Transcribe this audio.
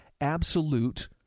absolute